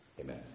Amen